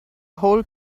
whole